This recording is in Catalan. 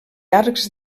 arcs